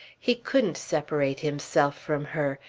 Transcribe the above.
he couldn't separate himself from her.